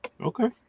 Okay